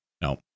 No